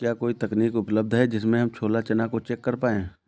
क्या कोई तकनीक उपलब्ध है जिससे हम छोला चना को चेक कर पाए?